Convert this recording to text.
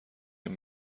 این